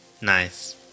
Nice